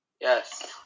Yes